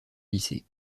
lycée